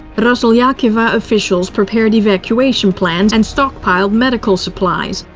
and ah so roslyakovo officials prepared evacuation plans and stockpiled medical supplies.